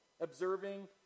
observing